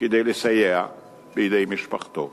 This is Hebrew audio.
כדי לסייע בידי משפחתו.